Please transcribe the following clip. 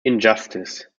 injustice